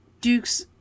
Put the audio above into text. Duke's